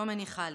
לא מניח לי.